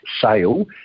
sale